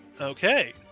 Okay